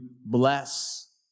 bless